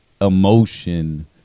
emotion